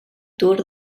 tour